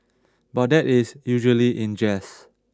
but that is usually in jest